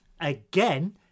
again